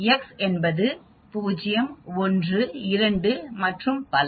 x என்பது 0 1 2 மற்றும் பல